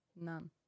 None